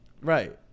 Right